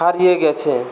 হারিয়ে গেছে